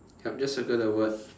yup just circle the word